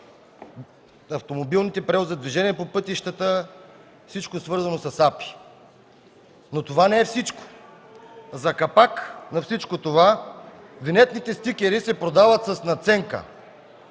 автомобилните превози, движение по пътищата и всичко, свързано с АПИ. Но това не е всичко. За капак на всичко това винетните стикери се продават с надценка